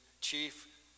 chief